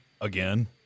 again